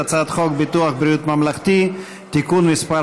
הצעת חוק ביטוח בריאות ממלכתי (תיקון מס'